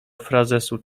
frazesu